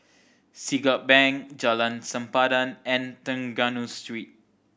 Siglap Bank Jalan Sempadan and Trengganu Street